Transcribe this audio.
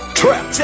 trap